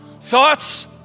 Thoughts